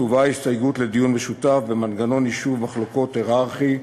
תובא ההסתייגות לדיון משותף במנגנון יישוב מחלוקות הייררכי,